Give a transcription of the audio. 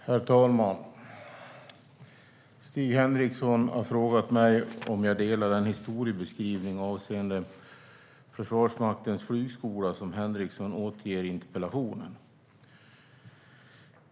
Herr talman! Stig Henriksson har frågat mig om jag delar den historiebeskrivning avseende Försvarsmaktens flygskola som Henriksson återger i interpellationen.